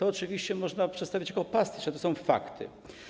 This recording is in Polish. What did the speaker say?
Oczywiście można przedstawić to jako pastisz, ale to są fakty.